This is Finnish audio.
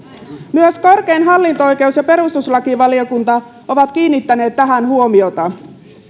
myös korkein hallinto oikeus ja perustuslakivaliokunta ovat kiinnittäneet tähän huomiota